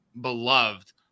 beloved